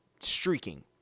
streaking